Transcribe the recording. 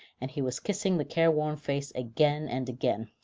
and he was kissing the care-worn face again and again.